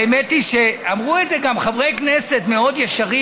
האמת היא שאמרו את זה גם חברי כנסת מאוד ישרים,